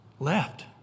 Left